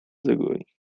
zagoi